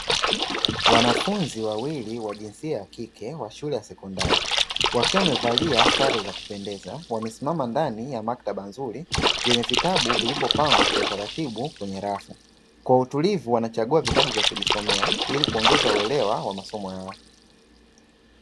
Wanafunzi wawili wa jinsia ya kike wa shule ya sekondari, wakiwa wamevalia sare za kupendeza wamesimama ndani ya maktaba nzuri yenye vitabu vilivyopangwa kwa utaratibu kwenye rafu. Kwa utulivu wanachagua vitabu vya kusomea ili kuongeza uelewa wa masomo yao.